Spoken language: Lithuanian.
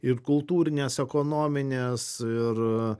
ir kultūrinės ekonominės ir